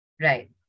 Right